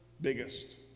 biggest